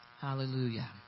Hallelujah